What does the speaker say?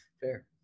Fair